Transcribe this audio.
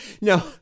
No